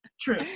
true